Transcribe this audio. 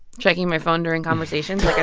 checking my phone during conversations like i'm